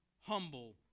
humble